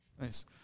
nice